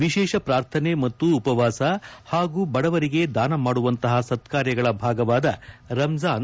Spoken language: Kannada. ವಿಶೇಷ ಪ್ರಾರ್ಥನೆ ಮತ್ತು ಉಪವಾಸ ಹಾಗೂ ಬಡವರಿಗೆ ದಾನ ಮಾಡುವಂತಹ ಸತ್ಕಾರ್ಯಗಳ ಭಾಗವಾದ ರಂಜಾನ್